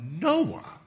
Noah